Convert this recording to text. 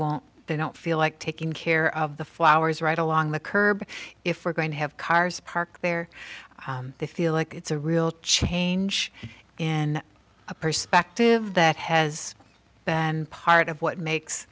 won't they don't feel like taking care of the flowers right along the curb if we're going to have cars parked there they feel like it's a real change in a perspective that has been part of what makes